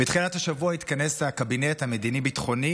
בתחילת השבוע התכנס הקבינט המדיני-ביטחוני